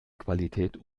qualität